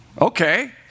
Okay